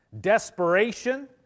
Desperation